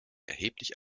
erheblich